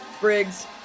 Briggs